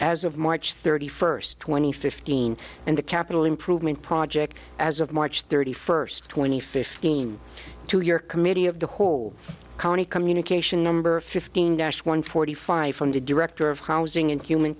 as of march thirty first twenty fifteen and the capital improvement project as of march thirty first twenty fifteen to your committee of the whole county communication number fifteen dash one forty five from the director of housing and human